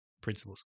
principles